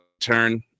turn